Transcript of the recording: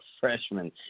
freshman